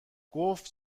گفت